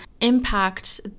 impact